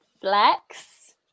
flex